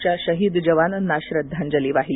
च्या शहीद जवानांना श्रद्धांजली वाहिली